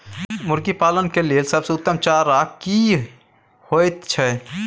मुर्गी पालन के लेल सबसे उत्तम चारा की होयत छै?